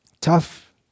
tough